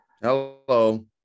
Hello